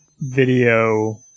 video